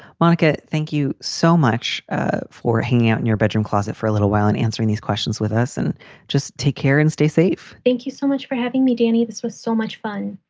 monica, thank you so much for hanging out in your bedroom closet for a little while and answering these questions with us and just take care and stay safe thank you so much for having me, danny. this was so much fun